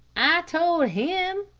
i told him,